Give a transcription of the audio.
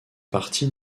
partie